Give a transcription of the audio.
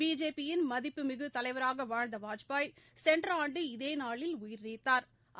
BJP யின் மதிப்புமிகு தலைவராக வாழ்ந்த வாஜ்பாய் சென்ற ஆண்டு இதேநாளில் உயிா்நீத்தாா்